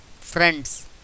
friends